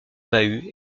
bahuts